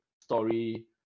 story